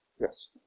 Yes